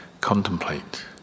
contemplate